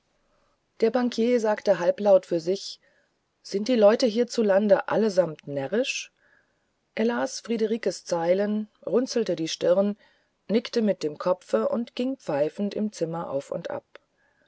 der bankier sagte halblaut für sich sind die leute hierzulande allesamt närrisch er las friederikes zeilen runzelte die stirn nickte mit dem kopfe und ging pfeifend im zimmer auf und ab